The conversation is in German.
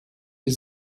die